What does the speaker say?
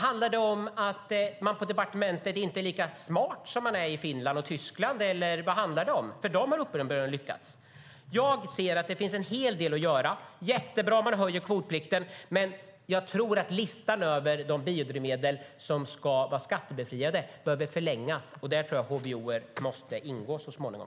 Handlar det om att man på departementet inte är lika smarta som de är i Finland och Tyskland, eller vad handlar det om? Där har de ju uppenbarligen lyckats. Jag ser att det finns en hel del att göra. Det är jättebra att man höjer kvotplikten, men jag tror att listan över de biodrivmedel som ska vara skattebefriade behöver förlängas. Där tror jag att HVO måste ingå så småningom.